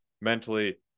mentally